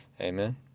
Amen